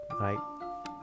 Right